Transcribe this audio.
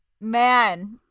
man